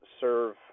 serve